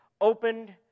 opened